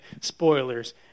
spoilers